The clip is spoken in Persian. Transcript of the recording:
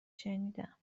شنیدم